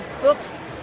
books